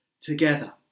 together